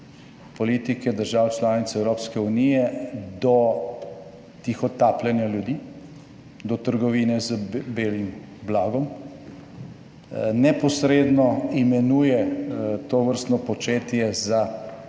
politike držav članic Evropske unije do tihotapljenja ljudi, do trgovine z belim blagom neposredno imenuje tovrstno početje za